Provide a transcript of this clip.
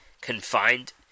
confined